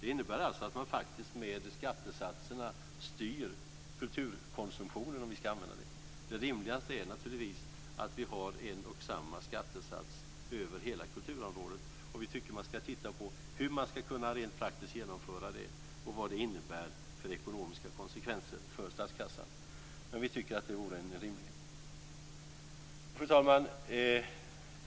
Det innebär faktiskt att man med skattesatserna styr kulturkonsumtionen, om vi ska använda det ordet. Det rimligaste är naturligtvis att man har en och samma skattesats över hela kulturområdet. Vi tycker att man ska titta på hur man rent praktiskt ska kunna genomföra det, och vad det får för ekonomiska konsekvenser för statskassan. Vi tycker att det vore en rimlighet. Fru talman!